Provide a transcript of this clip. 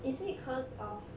is it cause of